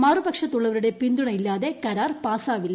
മറുപക്ഷത്തുള്ളവരുടെ പിന്തുണയില്ലാതെ കരാർ പാസാവില്ല